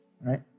right